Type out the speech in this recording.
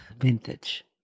vintage